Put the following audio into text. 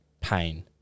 pain